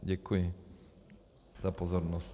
Děkuji za pozornost.